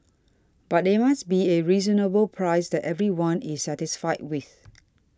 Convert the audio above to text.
but it must be a reasonable price that everyone is satisfied with